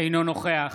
אינו נוכח